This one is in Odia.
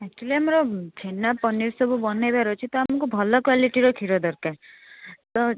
ଆକ୍ଚୁଆଲି ଆମର ଛେନା ପନିର ସବୁ ବନାଇବାର ଅଛି ତ ଆମକୁ ଭଲ କ୍ୱାଲିଟିର କ୍ଷୀର ଦରକାର ତ